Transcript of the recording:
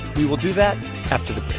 we will do that after the